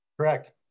Correct